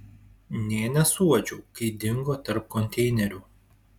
nė nesuuodžiau kai dingo tarp konteinerių